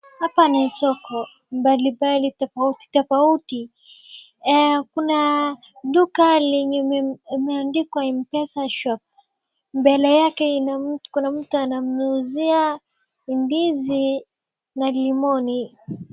Hapa ni soko mbalimbali tofautitofauti. Kuna duka limeandikwa mpesa shop . Mbele yake kuna mtu anamuuzia ndizi na lemoni.